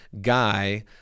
guy